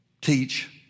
teach